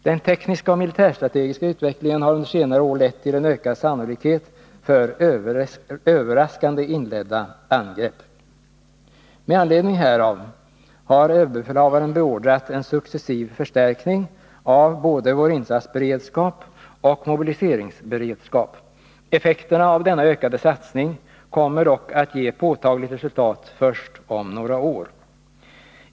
Den tekniska och militärstrategiska utvecklingen har under senare år lett till en ökad sannolikhet för överraskande inledda angrepp. Med anledning härav har överbefälhavaren beordrat en successiv förstärkning av både vår insatsberedskap och vår mobiliseringsberedskap. Effekterna av denna ökade satsning kommer dock att ge påtagligt resultat först om några år.